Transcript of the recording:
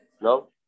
No